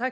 Herr